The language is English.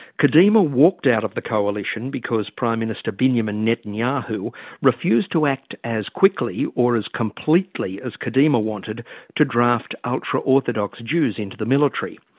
kadima walked out of the coalition because prime minister benjamin netanyahu refused to act as quickly or as completely as kadima wanted to draft ultra-orthodox jews into the military.